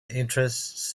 interests